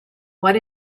what